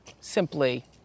simply